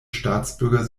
staatsbürger